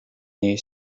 nii